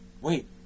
Wait